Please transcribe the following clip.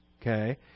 Okay